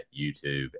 YouTube